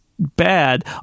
Bad